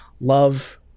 love